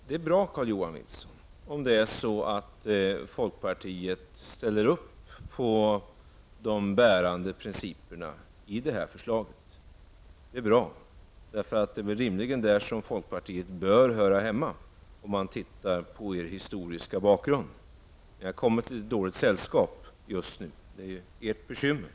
Det är bra, Carl-Johan Wilson, om folkpartiet ställer upp på de bärande principerna i detta förslag. Det är rimligen där som folkpartiet bör höra hemma, om man ser på partiets historiska bakgrund. Ni har just nu hamnat i dåligt sällskap. Det är ert bekymmer.